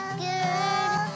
good